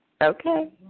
Okay